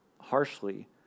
harshly